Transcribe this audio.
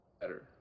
Better